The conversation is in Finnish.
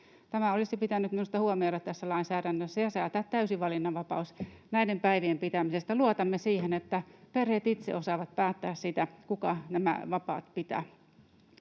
Tämä olisi pitänyt minusta huomioida tässä lainsäädännössä ja säätää täysi valinnanvapaus näiden päivien pitämisestä. Luotamme siihen, että perheet itse osaavat päättää siitä, kuka nämä vapaat pitää.